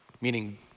Meaning